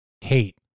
hate